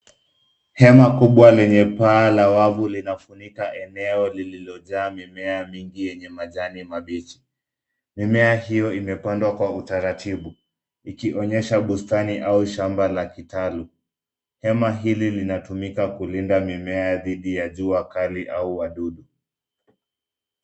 Hema kubwa lenye paa la wavu linafunika eneo lililojaa mimea mingi yenye majani mabichi. Mimea hiyo imepandwa kwa utaratibu ,ikionyesha bustani au shamba la kitalu. Hema hili linatumika kulinda mimea dhidi ya jua kali au wadudu.